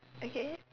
okay